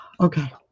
Okay